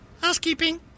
Housekeeping